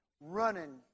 running